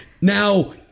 Now